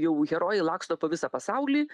jau herojai laksto po visą pasaulį